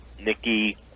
Nikki